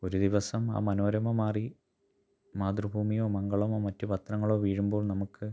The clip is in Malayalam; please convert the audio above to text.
ഒരു ദിവസം ആ മനോരമ മാറി മാതൃഭൂമിയോ മംഗളമോ മറ്റു പത്രങ്ങളോ വീഴുമ്പോൾ നമുക്ക്